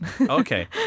okay